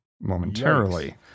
momentarily